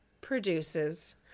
produces